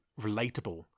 relatable